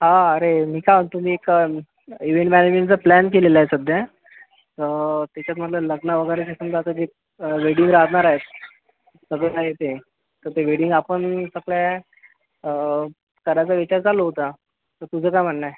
हा अरे मी काय म्हनतो मी एक इवेंट मॅनेजमेंटचा प्लॅन केलेला हाय सध्या त्याच्यात मला लग्न वगैरेसाठी आता जे वेडिंग राहनार आहेत सगळं काय ते तर ते वेडिंग आपन कसं हाय करायचा विचार चालू होता तर तुझं काय म्हननं हाय